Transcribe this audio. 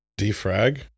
defrag